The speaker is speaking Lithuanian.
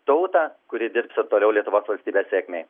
tautą kuri dirbs ir toliau lietuvos valstybės sėkmei